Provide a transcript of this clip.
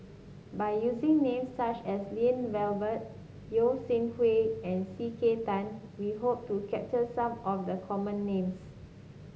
by using names such as Lloyd Valberg Yeo Shih Yun and C K Tang we hope to capture some of the common names